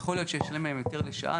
יכול להיות שלשלם להם יותר לשעה.